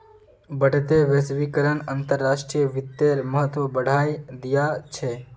बढ़ते वैश्वीकरण अंतर्राष्ट्रीय वित्तेर महत्व बढ़ाय दिया छे